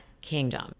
Kingdom